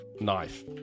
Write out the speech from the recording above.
Knife